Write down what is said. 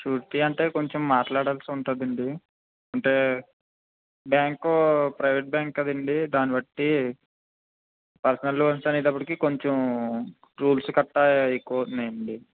surety అంటే కొంచెం మాట్లాడాల్సి ఉంటుంది అండి అంటే బ్యాంకు ప్రైవేట్ బ్యాంక్ కదండి దాన్ని బట్టి పర్సనల్ లోన్స్ అనేటప్పటికి కొంచెం రూల్స్ గట్టా ఎక్కువ అవుతున్నాయి అండి